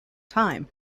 time